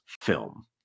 film